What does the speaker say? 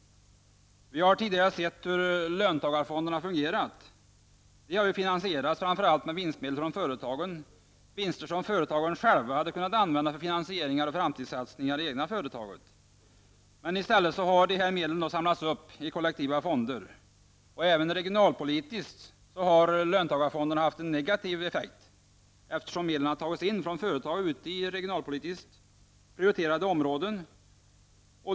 Vi har tidigare sett hur löntagarfonderna fungerar. De har framför allt finansierats med vinstmedel från företagen. Det är vinster som företagen själva hade kunnat använda för finansieringar av framtidssatsningar i de egna företagen. I stället har dessa medel samlats upp i kollektiva fonder. Även regionalpolitiskt har fonderna haft en negativ effekt, eftersom dessa medel har tagits från företag i regionalpolitiskt prioriterade områden.